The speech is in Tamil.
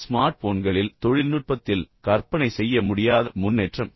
ஸ்மார்ட் போன்களில் தொழில்நுட்பத்தில் கற்பனை செய்ய முடியாத முன்னேற்றம்